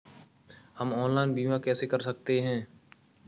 हम ऑनलाइन बीमा कैसे कर सकते हैं?